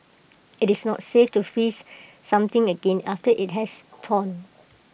IT is not safe to freeze something again after IT has thawed